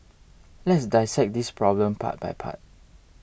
let's dissect this problem part by part